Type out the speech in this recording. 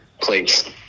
Please